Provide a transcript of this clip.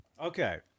Okay